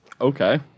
Okay